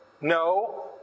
No